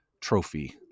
trophy